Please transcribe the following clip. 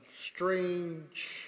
strange